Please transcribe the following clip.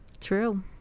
true